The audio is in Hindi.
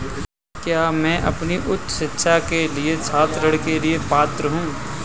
क्या मैं अपनी उच्च शिक्षा के लिए छात्र ऋण के लिए पात्र हूँ?